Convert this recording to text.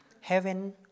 heaven